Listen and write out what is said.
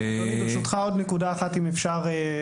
אדוני ברשותך עוד נקודה אחת אם אפשר.